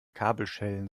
kabelschellen